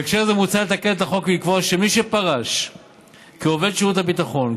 בהקשר זה מוצע לתקן את החוק ולקבוע שמי שפרש כעובד שירות הביטחון,